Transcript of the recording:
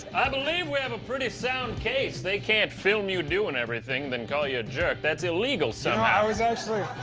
i believe we have a pretty sound case. they can't film you doing everything then call you a jerk, that's illegal. laughter i was actually.